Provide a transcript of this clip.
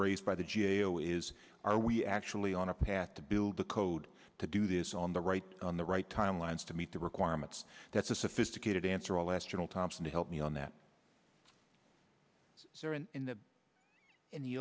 raised by the g a o is are we actually on a path to build the code to do this on the right on the right timelines to meet the requirements that's a sophisticated answer alas journal thompson to help me on that in the in the